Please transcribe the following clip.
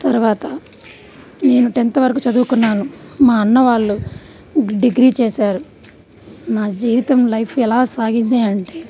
తర్వాత నేను టెన్త్ వరకు చదువుకున్నాను మా అన్నవాళ్ళు డిగ్రీ చేసారు నా జీవితం లైఫ్ ఎలా సాగింది అంటే